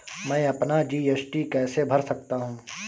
मैं अपना जी.एस.टी कैसे भर सकता हूँ?